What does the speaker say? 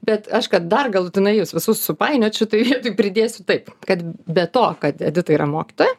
bet aš kad dar galutinai jus visus supainiot šitoj vietoj pridėsiu taip kad be to kad edita yra mokytoja